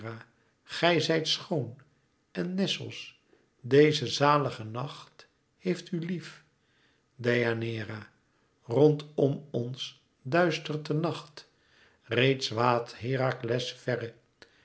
gij zijt schoon en nessos deze zalige nacht heeft u lief deianeira rondom ons duistert de nacht reeds waadt herakles verre